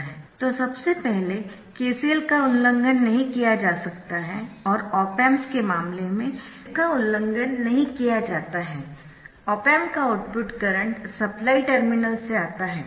तो सबसे पहले KCL का उल्लंघन नहीं किया जा सकता है और ऑप एम्प के मामले में इसका उल्लंघन नहीं किया जाता है ऑप एम्प का आउटपुट करंट सप्लाई टर्मिनल्स से आता है